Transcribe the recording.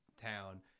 town